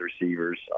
receivers